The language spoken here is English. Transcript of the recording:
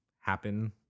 happen